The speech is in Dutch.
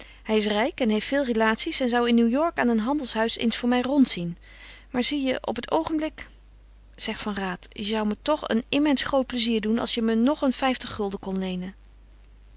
hij is rijk en heeft veel relaties en zou in new-york aan een handelshuis eens voor mij rondzien maar zie je op het oogenblik zeg van raat je zou me toch een immens groot pleizier doen als je me nog een vijftig gulden kon leenen